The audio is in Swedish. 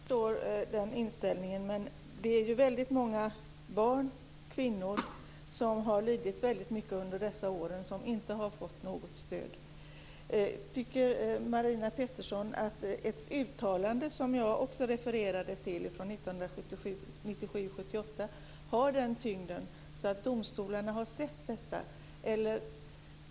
Herr talman! Jag förstår den inställningen. Men det är väldigt många barn och kvinnor som har lidit väldigt mycket under dessa år och som inte har fått något stöd. Tycker Marina Pettersson att det uttalande som jag också refererade till från 1997/98 har den tyngden att domstolarna har sett detta?